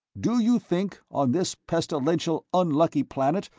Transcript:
do you think, on this pestilential unlucky planet,